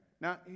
Now